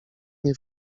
nie